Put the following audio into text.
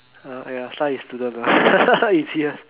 uh ya start with student lah easier